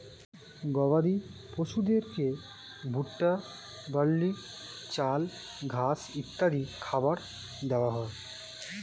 গবাদি পশুদেরকে ভুট্টা, বার্লি, চাল, ঘাস ইত্যাদি খাবার দেওয়া হয়